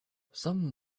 some